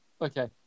Okay